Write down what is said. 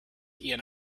ian